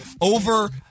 over